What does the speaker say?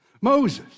Moses